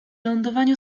lądowaniu